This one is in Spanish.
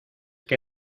que